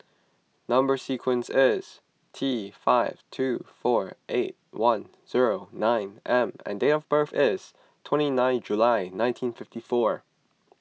Number Sequence is T five two four eight one zero nine M and date of birth is twenty nine July nineteen fifty four